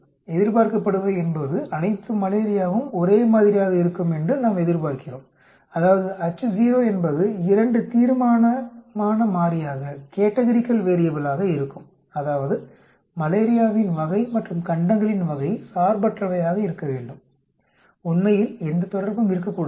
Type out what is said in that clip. எதிர்பார்க்கப்படுபவை என்பது அனைத்து மலேரியாவும் ஒரே மாதிரியாக இருக்கும் என்று நாம் எதிர்பார்க்கிறோம் அதாவது Ho என்பது 2 தீர்மானமான மாறியாக இருக்கும் அதாவது மலேரியாவின் வகை மற்றும் கண்டங்களின் வகை சார்பற்றவையாக இருக்க வேண்டும் உண்மையில் எந்த தொடர்பும் இருக்கக்கூடாது